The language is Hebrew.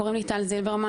קוראים לי טל זילברמן,